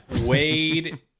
Wade